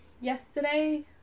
yesterday